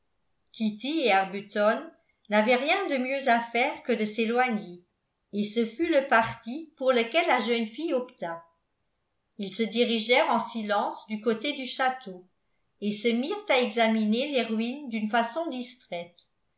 kitty et arbuton n'avaient rien de mieux à faire que de s'éloigner et ce fut le parti pour lequel la jeune fille opta ils se dirigèrent en silence du côté du château et se mirent à examiner les ruines d'une façon distraite